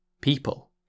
People